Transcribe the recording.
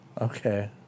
Okay